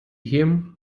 him